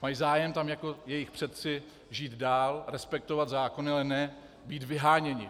Mají zájem jako jejich předci tam žít dál, respektovat zákony, ale ne být vyháněni.